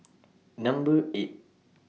Number eight